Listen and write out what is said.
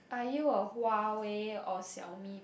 are you are a Huawei or Xiaomi